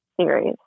series